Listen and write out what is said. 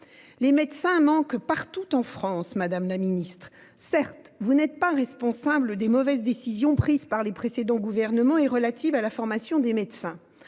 Les médecins manquent partout en France, madame la ministre. Certes, vous n'êtes pas responsable des mauvaises décisions prises par les précédents gouvernements en matière de formation. En